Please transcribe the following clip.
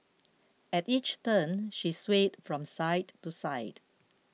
at each turn she swayed from side to side